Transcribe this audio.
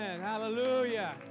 Hallelujah